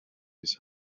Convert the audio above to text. his